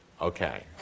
Okay